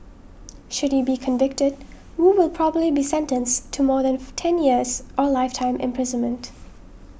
should he be convicted Wu will probably be sentenced to more than ten years or lifetime imprisonment